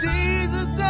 Jesus